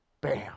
bam